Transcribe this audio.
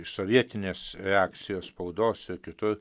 iš sovietinės reakcijos spaudos ir kitur